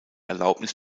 erlaubnis